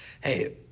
Hey